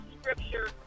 scripture